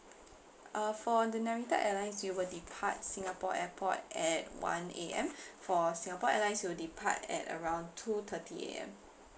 uh for the narita airlines you will depart singapore airport at one A_M for singapore airlines you will depart at around two thirty A_M